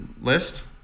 list